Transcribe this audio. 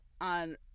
on